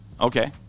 okay